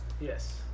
Yes